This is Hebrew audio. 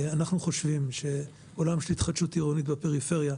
אנחנו חושבים שעולם של התחדשות עירונית בפריפריה,